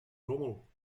rommel